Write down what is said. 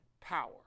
power